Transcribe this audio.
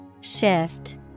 Shift